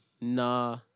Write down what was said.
Nah